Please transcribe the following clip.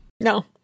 No